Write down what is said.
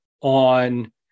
on